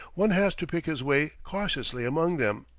one has to pick his way cautiously among them.